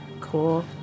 Cool